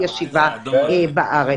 לילד הקטין להגיע לשמש כתלמיד ישיבה בארץ.